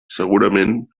segurament